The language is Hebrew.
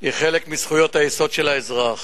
היא חלק מזכויות היסוד של האזרח.